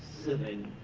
seven?